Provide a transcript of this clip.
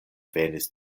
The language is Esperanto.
venis